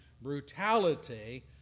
brutality